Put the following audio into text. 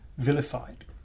vilified